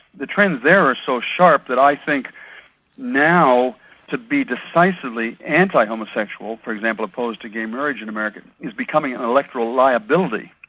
the trends there are so sharp that i think now to be decisively anti-homosexual, for example opposed to gay marriage in america, is becoming an electoral liability.